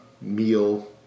meal